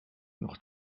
noch